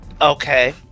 Okay